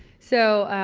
so,